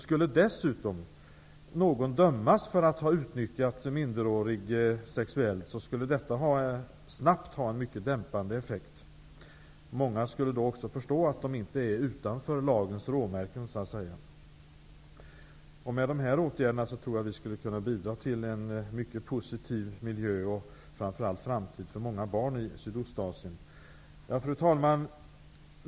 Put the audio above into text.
Skulle dessutom någon dömas för att ha utnyttjat minderårig sexuellt, så skulle detta snabbt ha en mycket dämpande effekt. Många skulle då också förstå att de inte befinner sig utanför lagens räckvidd, så att säga. Jag tror att vi med dessa åtgärder skulle kunna bidra till en mycket positiv miljö, och framför allt framtid, för många barn i Sydostasien. Fru talman!